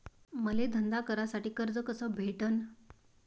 मले धंदा करासाठी कर्ज कस भेटन?